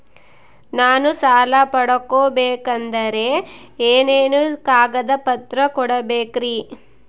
ನಾನು ಸಾಲ ಪಡಕೋಬೇಕಂದರೆ ಏನೇನು ಕಾಗದ ಪತ್ರ ಕೋಡಬೇಕ್ರಿ?